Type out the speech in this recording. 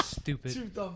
Stupid